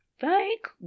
Thank